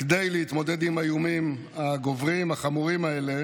כדי להתמודד עם האיומים הגוברים החמורים האלה